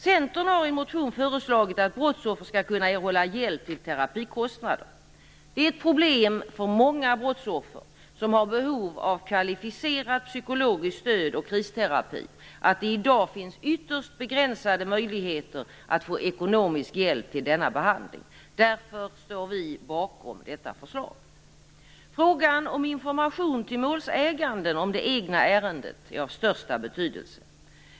Centern har i en motion föreslagit att brottsoffer skall kunna erhålla hjälp till terapikostnader. Det är ett problem för många brottsoffer som har behov av kvalificerat psykologiskt stöd och kristerapi att det i dag finns ytterst begränsade möjligheter att få ekonomisk hjälp till denna behandling. Därför står vi bakom detta förslag. Frågan om information till målsäganden om det egna ärendet är av största betydelse.